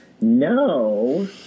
No